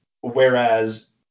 Whereas